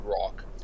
rock